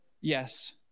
Yes